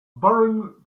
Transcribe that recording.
baron